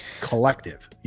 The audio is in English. collective